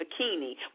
Bikini